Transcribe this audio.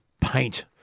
paint